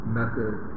method